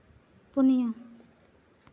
ᱯᱩᱱᱭᱟᱹ